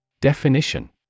Definition